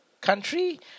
Country